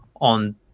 on